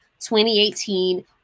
2018